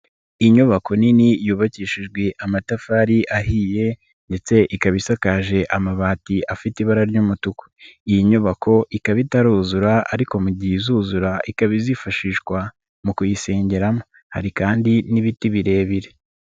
Inyubako nini yubakishijwe amatafari ahiye ndetse ikaba isakaje amabati afite ibara ry'umutuku, iyi nyubako ikaba itaruzura ariko mu gihe izuzura ikaba izifashishwa mu kuyisengeramo hari kandi n'ibiti birebire.